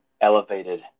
Elevated